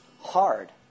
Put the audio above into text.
hard